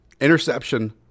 interception